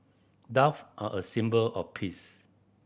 dove are a symbol of peace